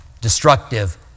destructive